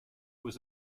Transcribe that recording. was